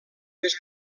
més